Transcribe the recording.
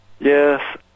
yes